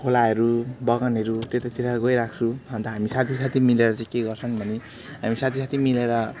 खोलाहरू बगानहरू त्यतातिर गइरहन्छु अन्त हामी साथी साथी मिलेर चाहिँ के गर्छौँ भने हामी साथी साथी मिलेर